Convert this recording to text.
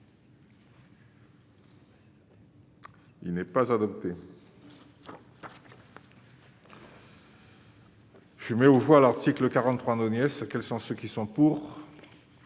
Il n'est pas adopté. Je mets aux voix, l'article 43 perd des sièges, quels sont ceux qui sont pour.